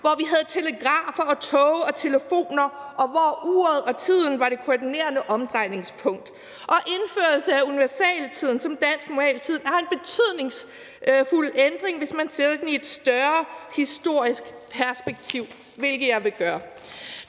hvor vi havde telegrafer, toge og telefoner, og hvor uret og tiden var det koordinerende omdrejningspunkt. Indførelsen af universaltiden som dansk normaltid er en betydningsfuld ændring, hvis man sætter den i et større historisk perspektiv – hvilket jeg vil gøre.